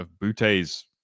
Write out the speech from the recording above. Butte's –